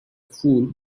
fool